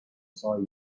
saw